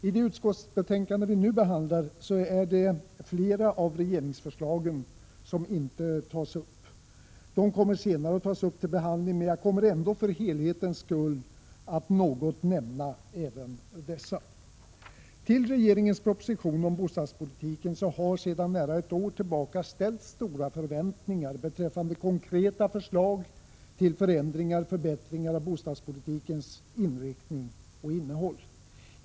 I det utskottsbetänkande vi nu behandlar har flera av regeringsförslagen inte tagits upp. De kommer senare att tas upp till behandling, men jag kommer ändå att för helhetens skull något kommentera dessa. Till regeringens proposition om bostadspolitiken har sedan nära ett år tillbaka ställts stora förväntningar beträffande konkreta förslag till förändringar och förbättringar av bostadspolitikens inriktning och innehåll.